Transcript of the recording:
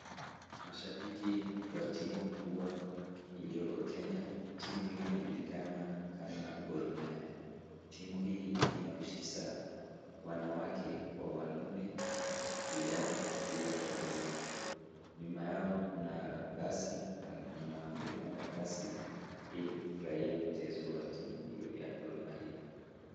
Mashabiki wa timu kubwa iliyoko Kenya, timu hiyo inajulikana kama Gor Mahia. Timu hii inahusisha wanawake kwa wanaume, vijana pia kwa wazee. Nyuma yao kuna basi, na kuna wenye wamepanda basi ili kufurahia michezo ya timu hiyo ya Gor Mahia.